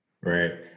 Right